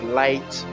light